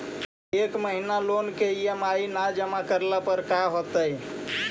एक महिना लोन के ई.एम.आई न जमा करला पर का होतइ?